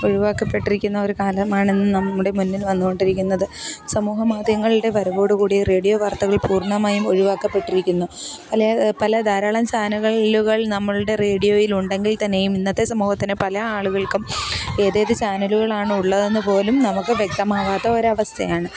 ഒഴുവാക്കപ്പെട്ടിരിക്കുന്നൊരു കാലമാണിന്ന് നമ്മുടെ മുന്നിൽ വന്നുകൊണ്ടിരിക്കുന്നത് സമൂഹമാധ്യങ്ങളുടെ വരവോടുകൂടി റേഡിയോ വാർത്തകൾ പൂർണ്ണമായും ഒഴിവാക്കപ്പെട്ടിരിക്കുന്നു പല പല ധാരാളം ചാനകലുകൾ നമ്മളുടെ റേഡിയോയിലുണ്ടെങ്കിൽത്തന്നെയും ഇന്നത്തെ സമൂഹത്തിന് പല ആളുകൾക്കും ഏതേതു ചാനലുകളാണ് ഉള്ളതെന്ന് പോലും നമുക്ക് വ്യക്തമാകാത്തൊരവസ്ഥയാണ്